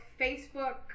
facebook